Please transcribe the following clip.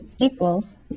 equals